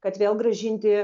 kad vėl grąžinti